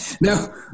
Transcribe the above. No